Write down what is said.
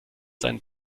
seinen